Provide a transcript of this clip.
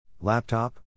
laptop